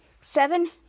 seven